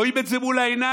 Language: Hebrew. רואים את זה מול העיניים.